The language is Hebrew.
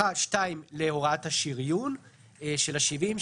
השני מתייחס להוראת השריון של ה-70,